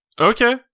Okay